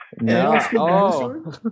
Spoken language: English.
No